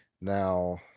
now